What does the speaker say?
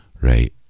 right